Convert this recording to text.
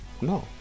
No